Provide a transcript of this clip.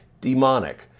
demonic